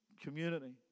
community